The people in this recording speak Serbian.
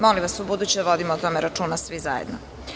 Molim vas u buduće da vodimo računa svi zajedno.